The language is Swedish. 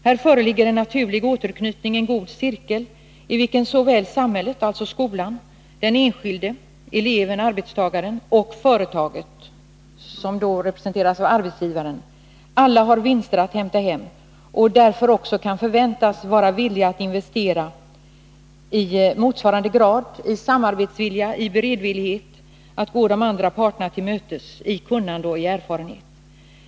Här föreligger en naturlig återknytning, en god cirkel, i vilken ingår såväl samhället som den enskilde och företaget genom skolan, eleven-arbetstagaren resp. arbetsgivaren. Alla har vinster att hämta hem, och de kan därför kanske också förväntas vara villiga att i motsvarande grad investera i samarbetsvilja och beredvillighet och att gå de andra parterna till mötes i kunnande och erfarenhet.